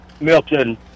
Milton